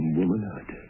womanhood